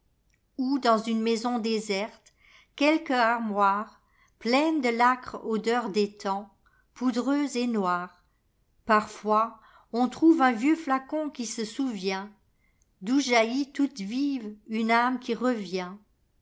ou dans une maison déserte quelque armoirepleine de i'âcre odeur des temps poudreuse et noire parfois on trouve un vieux flacon qui se souvient d'oii jaillit toute vive une âme qui revient